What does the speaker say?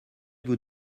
vous